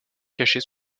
cachés